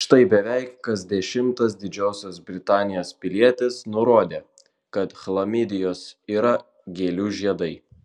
štai beveik kas dešimtas didžiosios britanijos pilietis nurodė kad chlamidijos yra gėlių žiedai